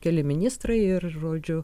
keli ministrai ir žodžiu